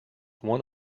one